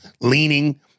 leaning